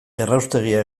erraustegia